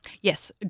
Yes